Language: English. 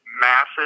massive